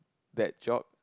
that job